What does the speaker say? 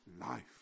life